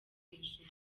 hejuru